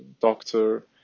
doctor